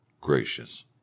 gracious